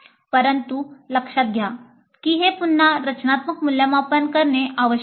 परंतु लक्षात घ्या की हे पुन्हा रचनात्मक मूल्यमापन करणे आवश्यक आहे